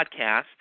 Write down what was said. podcast